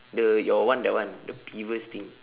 the your one that one the peeves thing